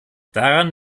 daran